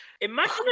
imagine